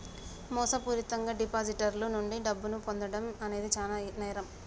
మోసపూరితంగా డిపాజిటర్ల నుండి డబ్బును పొందడం అనేది చానా పెద్ద నేరం